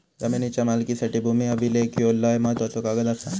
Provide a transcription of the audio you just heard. जमिनीच्या मालकीसाठी भूमी अभिलेख ह्यो लय महत्त्वाचो कागद आसा